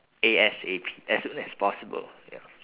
A_S_A_P as soon as possible ya